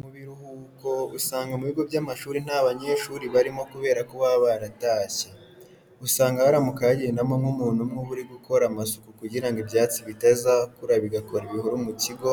Mu biruhuko usanga mu bigo by'amashuri nta banyeshuri barimo kubera ko baba baratashye. Usanga haramuka hagendamo nk'umuntu umwe uba uri gukora amasuku kugira ngo ibyatsi bitazakura bigakora ibihuru mu kigo,